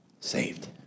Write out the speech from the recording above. saved